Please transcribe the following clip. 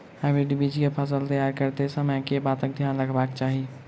Hybrid बीज केँ फसल तैयार करैत समय कऽ बातक ध्यान रखबाक चाहि?